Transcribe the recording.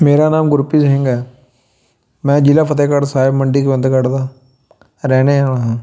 ਮੇਰਾ ਨਾਮ ਗੁਰਪ੍ਰੀਤ ਸਿੰਘ ਹੈ ਮੈਂ ਜ਼ਿਲ੍ਹਾ ਫਤਿਹਗੜ੍ਹ ਸਾਹਿਬ ਮੰਡੀ ਗੋਬਿੰਦਗੜ੍ਹ ਦਾ ਰਹਿਣੇ ਵਾਲਾ ਹਾਂ